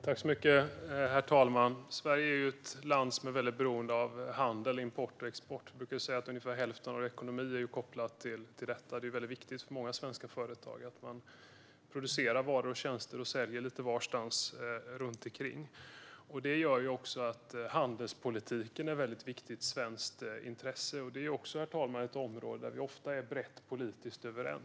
Herr talman! Sverige är ett land som är väldigt beroende av handel, import och export. Vi brukar säga att ungefär hälften av vår ekonomi är kopplad till detta. Det är väldigt viktigt för många svenska företag att man producerar varor och tjänster och säljer lite varstans. Detta gör handelspolitiken till ett väldigt viktigt svenskt intresse, och det är ett område, herr talman, där vi ofta är brett politiskt överens.